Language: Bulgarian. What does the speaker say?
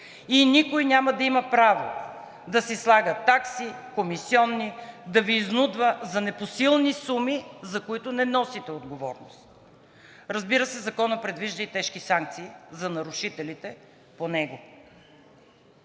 и никой няма да има право да си слага такси, комисиони, да Ви изнудва за непосилни суми, за които не носите отговорност. Разбира се, Законът предвижда и тежки санкции за нарушителите по него.